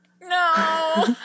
No